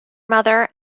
mother